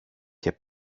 και